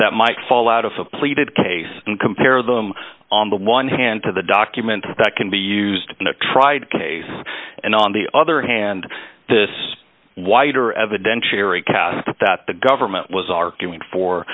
that might fall out of pleated case and compare them on the one hand to the document that can be used and tried case and on the other hand this wider evidentiary cast that the government was arguing for